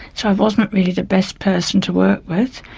so i wasn't really the best person to work with,